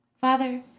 Father